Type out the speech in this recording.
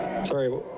Sorry